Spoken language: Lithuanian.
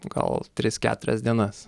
gal tris keturias dienas